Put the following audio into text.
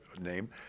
name